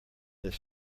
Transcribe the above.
this